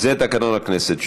זה תקנון הכנסת.